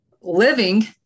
living